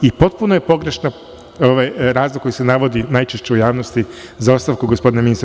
I potpuno je pogrešan razlog koji se navodi najčešće u javnosti za ostavku gospodina ministra.